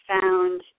found